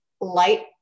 light